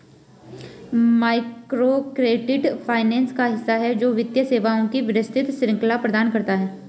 microcredit finance का हिस्सा है, जो वित्तीय सेवाओं की विस्तृत श्रृंखला प्रदान करता है